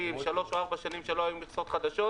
שלוש או ארבע שנים לא היו מכסות חדשות,